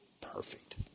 perfect